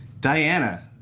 Diana